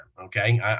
okay